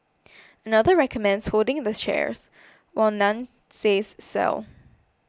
another recommends holding the shares while none says sell